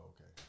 okay